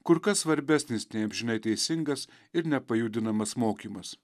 kur kas svarbesnis žinai teisingas ir nepajudinamas mokymas